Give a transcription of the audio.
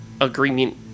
agreement